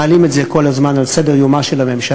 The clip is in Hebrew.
מעלים את זה כל הזמן על סדר-יומה של הממשלה,